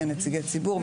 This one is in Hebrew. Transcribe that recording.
נציגי ציבור,